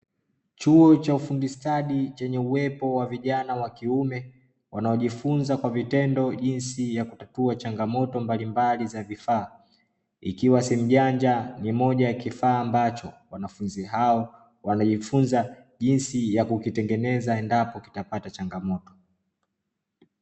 Chuo cha ufundi stadi chenye uwepo wa vijana wa kiume, wanaojifunza kwa vitendo jinsi ya kutatua changamoto mbali mbali za vifaa ikiwa simu janja ni moja ya kifaa ambacho wanafunzi hao wana jifunza jinsi ya kukitengeneza endapo kikipata changamoto.